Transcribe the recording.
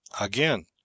AGAIN